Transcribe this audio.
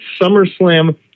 SummerSlam